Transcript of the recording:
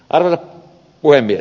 arvoisa puhemies